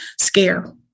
scare